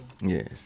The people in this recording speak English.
Yes